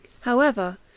However